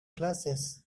glasses